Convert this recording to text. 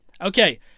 Okay